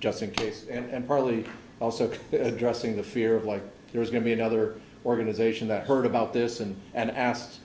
just in case and partly also addressing the fear of like there's going to be another organization that heard about this and and asked